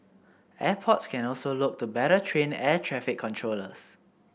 airports can also look to better train air traffic controllers